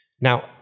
Now